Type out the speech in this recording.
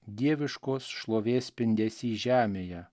dieviškos šlovės spindesy žemėje